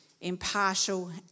impartial